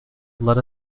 let